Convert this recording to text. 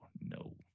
No